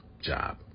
job